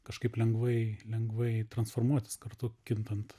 kažkaip lengvai lengvai transformuotis kartu kintant